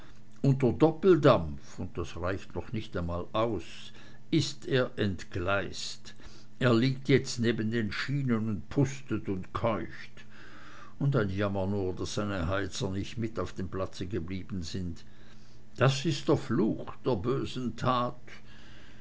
doppeldampf und das reicht noch nicht einmal aus ist er entgleist er liegt jetzt neben den schienen und pustet und keucht und ein jammer nur daß seine heizer nicht mit auf dem platze geblieben sind das ist der fluch der bösen tat